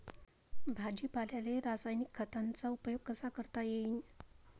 भाजीपाल्याले रासायनिक खतांचा उपयोग कसा करता येईन?